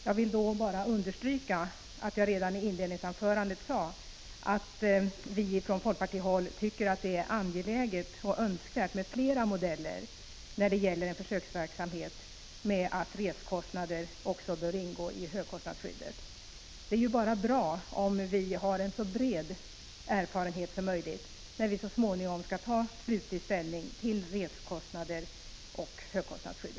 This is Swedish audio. Jag vill då bara understryka att jag redan i inledningsanförandet sade att vi från folkpartihåll tycker att det är angeläget och önskvärt med flera modeller när det gäller försöksverksamhet med att låta även resekostnader ingå i högkostnadsskyddet. Det är ju bara bra att vi har en så bred erfarenhet som möjligt när vi så småningom skall ta slutlig ställning till resekostnader och högkostnadsskydd.